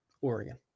Oregon